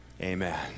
amen